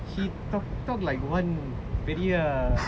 he talk talk like [one] very err